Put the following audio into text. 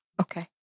Okay